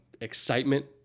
excitement